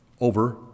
over